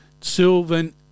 Sylvan